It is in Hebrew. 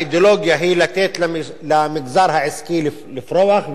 האידיאולוגיה היא לתת למגזר העסקי לפרוח,